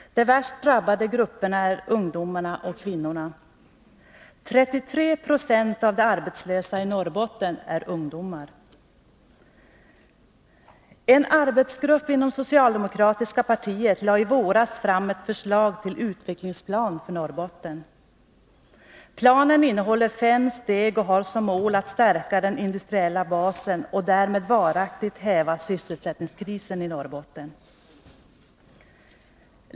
De värst drabbade grupperna är ungdomarna och kvinnorna. 33 90 av de arbetslösa i Norrbotten är ungdomar. En arbetsgrupp inom socialdemokratiska partiet lade i våras fram ett förslag till en utvecklingsplan för Norrbotten. Planen innehåller fem steg och har som mål att stärka den industriella basen och därmed varaktigt häva sysselsättningskrisen i Norrbotten.